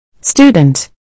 Student